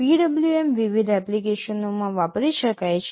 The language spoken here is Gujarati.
PWM વિવિધ એપ્લિકેશનોમાં વાપરી શકાય છે